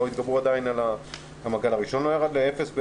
התגברו עדיין על הגל הראשון שלא ירד לאפס.